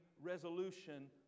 resolution